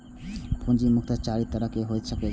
पूंजी मुख्यतः चारि तरहक होइत छैक